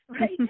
right